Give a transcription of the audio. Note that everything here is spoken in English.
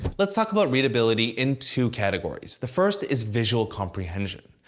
let's talk about readability in two categories. the first is visual comprehension.